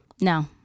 No